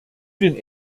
den